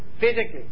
physically